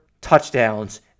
touchdowns